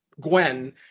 Gwen